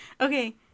Okay